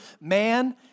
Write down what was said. man